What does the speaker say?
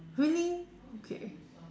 really okay